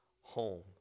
home